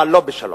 אבל לא בשלום.